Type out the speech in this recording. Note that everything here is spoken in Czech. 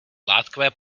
látkové